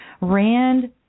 Rand